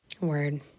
Word